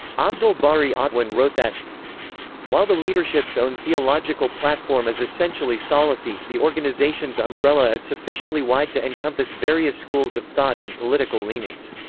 abdel bari atwan wrote that while the leadership's own theological platform is essentially salafi, the organization's umbrella is sufficiently wide to encompass various schools of thought and political leanings.